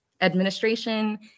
administration